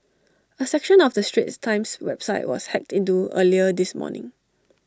A section of the straits times website was hacked into earlier this morning